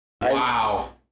Wow